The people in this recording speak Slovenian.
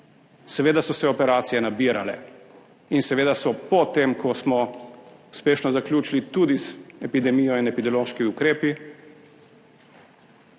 Seveda so se operacije nabirale in seveda se je potem, ko smo uspešno zaključili tudi z epidemijo in epidemiološkimi ukrepi,